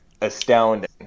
astounding